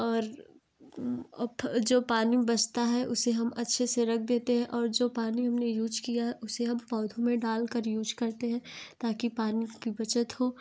और जो पानी बचता है उसे हम अच्छे से रख देते हैं और जो पानी हमने यूज किया उसे हम पौधों में डालकर यूज करते हैं ताकि पानी की बचत हो